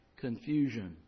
confusion